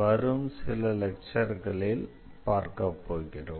வரும் சில லெக்சர்களில் பார்க்கப்போகிறோம்